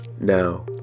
now